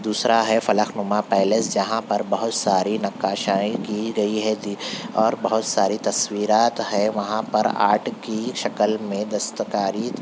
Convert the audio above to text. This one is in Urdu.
دوسرا ہے فلق نماں پیلیس جہاں پر بہت ساری نقاشائی کی گئی ہے اور بہت ساری تصویرات ہے وہاں پر آرٹ کی شکل میں دست کاری